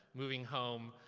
moving home,